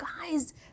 guys